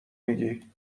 میگی